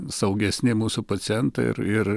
saugesni mūsų pacientai ir ir